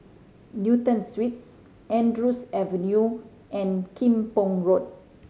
Newton Suites Andrews Avenue and Kim Pong Road